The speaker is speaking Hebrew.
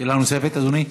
שאלה נוספת, אדוני.